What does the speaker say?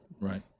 Right